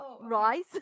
rise